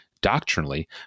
doctrinally